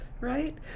right